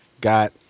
got